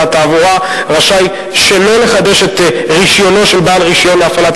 התעבורה רשאי שלא לחדש את רשיונו של בעל רשיון להפעלת